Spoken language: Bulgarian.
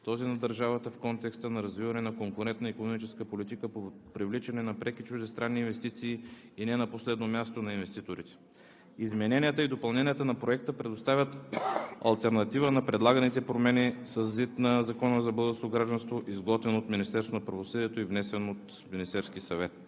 този на държавата в контекста на развиване на конкурентна икономическа политика по привличане на преки чуждестранни инвестиции. Измененията и допълненията на Проекта предоставят алтернатива на предлаганите промени със ЗИД на Закона за българското гражданство, изготвен от Министерството на правосъдието и внесен от Министерския съвет.